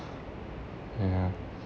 ya